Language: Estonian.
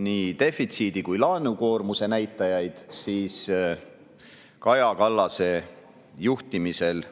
nii defitsiidi kui ka laenukoormuse näitajaid, siis Kaja Kallase juhtimisel